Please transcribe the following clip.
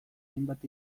hainbat